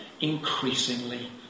increasingly